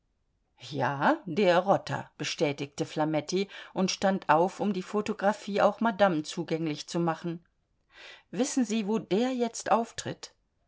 ja der rotter bestätigte flametti und stand auf um die photographie auch madame zugänglich zu machen wissen sie wo der jetzt auftritt